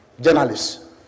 journalists